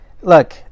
look